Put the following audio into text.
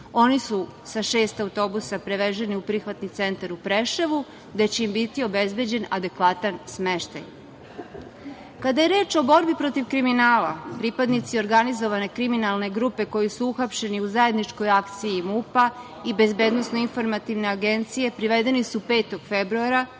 Oni su sa šest autobusa prevezeni u prihvatni centar u Preševu, gde će im biti obezbeđen adekvatan smeštaj. Kada je reč o borbi protiv kriminala, pripadnici organizovane kriminalne grupe koji su uhapšeni u zajedničkoj akciji MUP-a i BIA privedeni su 5. februara.